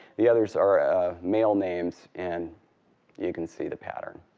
the others are male names, and you can see the pattern.